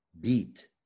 beat